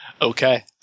Okay